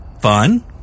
fun